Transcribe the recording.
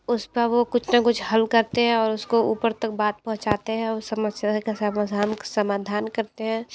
उसका वो कुछ ना कुछ हल करते हैं और उसको ऊपर तक बात पहुंचाते हैं और समस्या का समाझान समाधान करते हैं